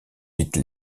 vite